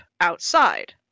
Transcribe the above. outside